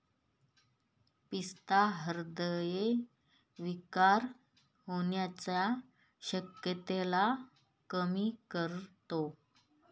पिस्ता हृदय विकार होण्याच्या शक्यतेला कमी करतो